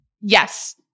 Yes